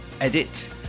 edit